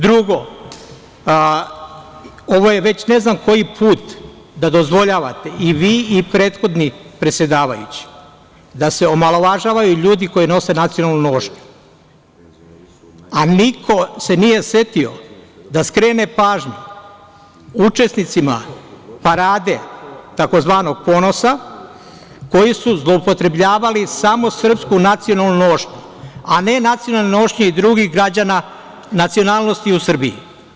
Drugo, ovo je već ne znam koji put da dozvoljavate i vi i prethodni predsedavajući da se omalovažavaju ljudi koji nose nacionalnu nošnju, a niko se nije setio da skrene pažnju učesnicima parade tzv. ponosa, koji su zloupotrebljavali samo srpsku nacionalnu nošnju, a ne nacionalne nošnje i drugih građana i nacionalnosti u Srbiji.